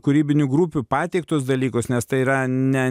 kūrybinių grupių pateiktus dalykus nes tai yra ne